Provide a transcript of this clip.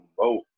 vote